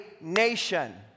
nation